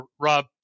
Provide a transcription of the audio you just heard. rob